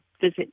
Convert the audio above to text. visit